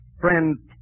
friends